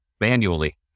manually